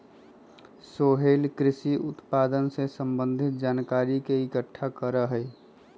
सोहेल कृषि उत्पादन से संबंधित जानकारी के इकट्ठा करा हई